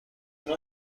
یکی